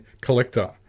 collector